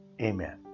amen